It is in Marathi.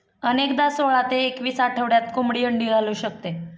अनेकदा सोळा ते एकवीस आठवड्यात कोंबडी अंडी घालू शकते